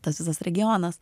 tas visas regionas